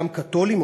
חלקם קתולים,